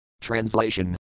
Translation